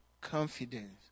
confidence